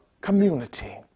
community